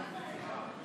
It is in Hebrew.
ייעוץ הרבנות הראשית),